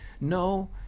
no